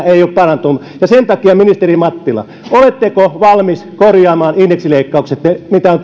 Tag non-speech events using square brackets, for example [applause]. [unintelligible] ei ole parantunut ja sen takia kysyn ministeri mattila oletteko valmis korjaamaan ne indeksileikkaukset mitä [unintelligible]